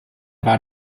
war